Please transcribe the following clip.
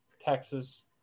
Texas